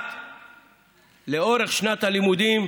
לאורך שנת הלימודים,